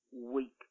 weak